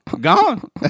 Gone